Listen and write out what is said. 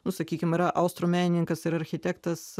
nu sakykim yra austrų menininkas ir architektas